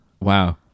wow